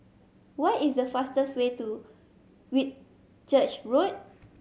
what is the fastest way to Whitchurch Road